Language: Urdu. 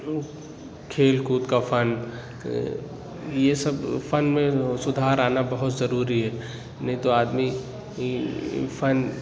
کھیل کود کا فن یہ سب فن میں سُدھار آنا بہت ضروری ہے نہیں تو آدمی فن